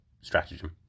stratagem